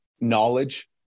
knowledge